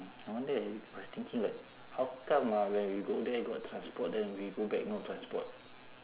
no wonder I was thinking like how come ah when we go there got transport then we go back no transport